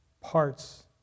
parts